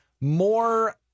more –